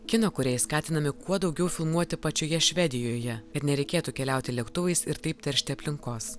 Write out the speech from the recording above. kino kūrėjai skatinami kuo daugiau filmuoti pačioje švedijoje kad nereikėtų keliauti lėktuvais ir taip teršti aplinkos